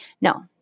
No